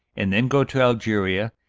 and then go to algeria,